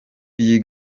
iyi